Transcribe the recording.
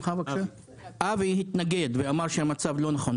אבי התנגד ואמר שהמצב לא נכון.